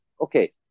okay